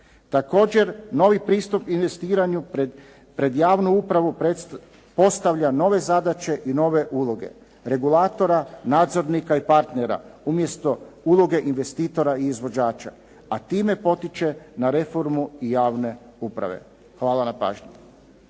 Također, novi pristup investiranju pred javnu upravu postavlja nove zadaće i nove uloge regulatora, nadzornika i partnera umjesto uloge investitora i izvođača, a time potiče na reformu i javne uprave. Hvala na pažnji.